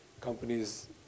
companies